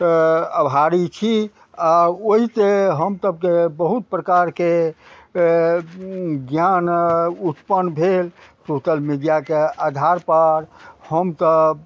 आभारी छी आओर ओहि हम सभके बहुत प्रकारके ज्ञान उत्पन्न भेल सोशल मीडियाके आधारपर हमसभ